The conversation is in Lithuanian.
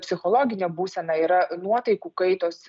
psichologinę būseną yra nuotaikų kaitos